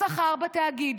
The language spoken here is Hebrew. השכר בתאגיד,